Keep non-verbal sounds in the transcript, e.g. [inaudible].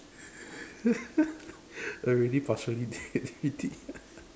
[laughs] already partially dead already [laughs]